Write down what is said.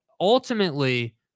ultimately